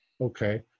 Okay